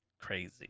Crazy